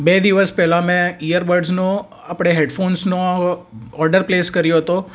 બે દિવસ પહેલાં મેં ઈયરબડ્સનો આપણે હેડફોન્સનો ઓર્ડર પ્લેસ કર્યો હતો